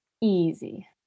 Easy